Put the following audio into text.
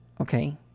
okay